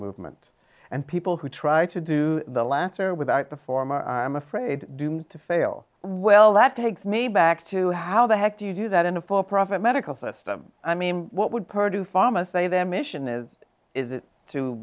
movement and people who try to do the latter without the former i'm afraid doomed to fail well that takes me back to how the heck do you do that in a for profit medical system i mean what would per do pharma say their mission is is it to